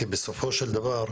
כי בסופו של דבר,